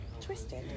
Twisted